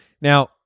Now